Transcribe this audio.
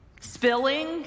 spilling